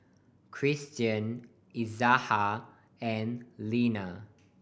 Kristian Izaiah and Linna